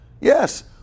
Yes